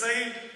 נמצאים בדיוק,